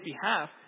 behalf